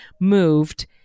moved